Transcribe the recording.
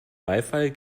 beifall